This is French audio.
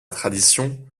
tradition